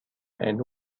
and